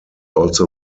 also